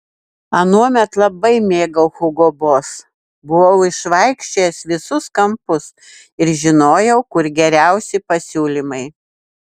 anuomet labai mėgau hugo boss buvau išvaikščiojęs visus kampus ir žinojau kur geriausi pasiūlymai